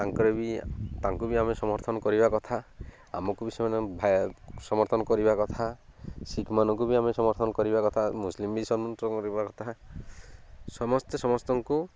ତାଙ୍କର ବି ତାଙ୍କୁ ବି ଆମେ ସମର୍ଥନ କରିବା କଥା ଆମକୁ ବି ସେମାନେ ସମର୍ଥନ କରିବା କଥା ଶିଖ୍ ମାନଙ୍କୁ ବି ଆମେ ସମର୍ଥନ କରିବା କଥା ମୁସଲିମ ବି ସମର୍ଥନ କରିବା କଥା ସମସ୍ତେ ସମସ୍ତଙ୍କୁ